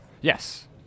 Yes